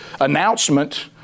announcement